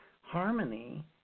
Harmony